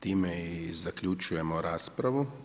Time i zaključujemo raspravu.